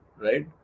right